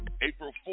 April